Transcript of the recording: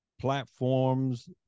platforms